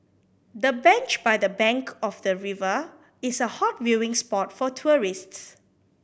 the bench by the bank of the river is a hot viewing spot for tourists